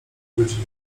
godziny